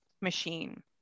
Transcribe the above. machine